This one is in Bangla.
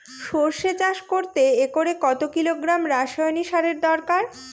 সরষে চাষ করতে একরে কত কিলোগ্রাম রাসায়নি সারের দরকার?